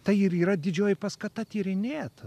tai ir yra didžioji paskata tyrinėt